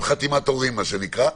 עם "חתימת הורים" מה שנקרא.